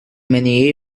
many